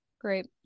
Great